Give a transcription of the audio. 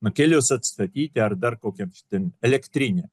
nu kelius atstatyti ar dar kokia ten elektrinę